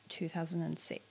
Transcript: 2006